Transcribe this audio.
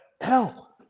hell –